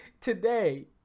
Today